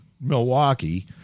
Milwaukee